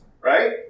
right